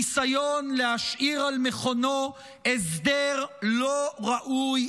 זהו ניסיון להשאיר על מכונו הסדר לא ראוי,